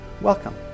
welcome